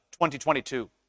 2022